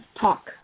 talk